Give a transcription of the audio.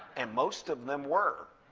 and most of them were.